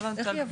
איך היא עברה?